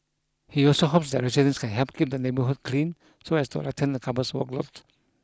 he also hopes that residents can help keep the neighbourhood clean so as to lighten the couple's workload